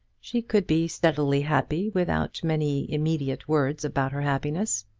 she could be steadily happy without many immediate words about her happiness.